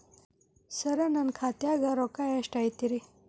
ಸರ ನನ್ನ ಖಾತ್ಯಾಗ ರೊಕ್ಕ ಎಷ್ಟು ಐತಿರಿ?